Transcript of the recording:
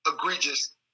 egregious